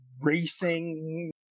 racing